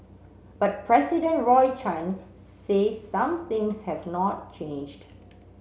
but President Roy Chan says some things have not changed